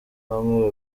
bamwe